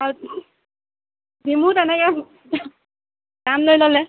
হয় দিমো তেনেকৈ দাম লৈ ল'লে